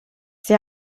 sie